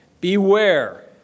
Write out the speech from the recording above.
Beware